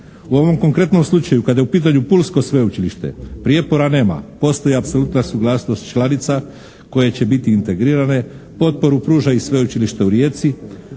U ovom konkretnom slučaju kada je u pitanju Pulsko sveučilište prijepora nema. Postoji apsolutna suglasnost članica koje će biti integrirane. Potporu pruža i sveučilište u Rijeci.